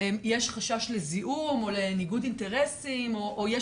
יש חשש לזיהום או לניגוד אינטרסים או יש